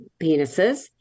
penises